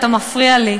אתה מפריע לי,